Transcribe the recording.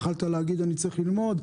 יכולת להגיד שאתה צריך ללמוד,